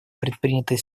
предпринятые